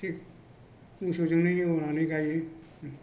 थिग मोसौजोंनो एवनानै गायो